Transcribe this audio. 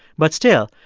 but still,